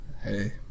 Hey